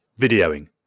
videoing